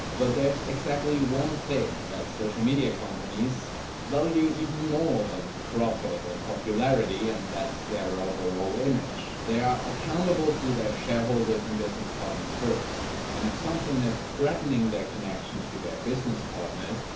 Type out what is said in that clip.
but there's exactly one thing that social media companies value more than profit and popularity and that's their overall image. they're accountable to their shareholders and business partners first and if something is threatening their connection to their business partners,